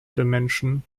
dimension